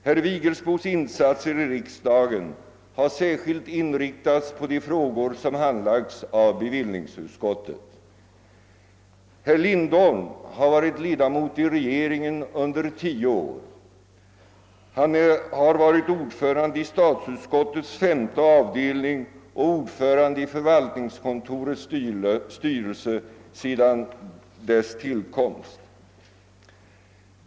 Herr Vigelsbos insatser i riksdagen har särskilt inriktats på de frågor som handlagts av bevillningsutskottet. Herr Lindholm har varit ledamot i regeringen under tio år, ordförande i statsutskottets första och femte avdelningar och ordförande i förvaltningskontorets styrelse från dess tillkomst.